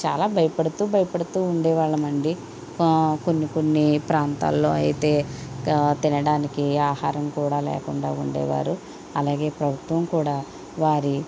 చాలా భయపడుతు భయపడుతు ఉండే వాళ్ళం అండి ఆ కొన్ని కొన్ని ప్రాంతాల్లో అయితే తినడానికి ఆహారం కూడా లేకుండా ఉండేవారు అలాగే ప్రభుత్వం కూడా వారి